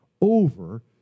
over